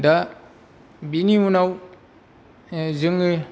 दा बेनि उनाव जोङो